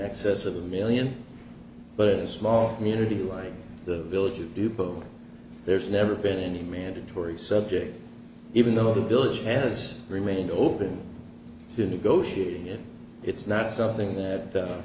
excess of a million but in a small community like the village you do but there's never been any mandatory subject even though the village has remained open to negotiating it it's not something that